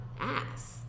ass